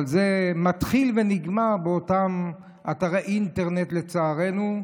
אבל זה מתחיל ונגמר באותם אתרי אינטרנט, לצערנו,